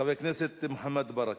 חבר הכנסת מוחמד ברכה,